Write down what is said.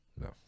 No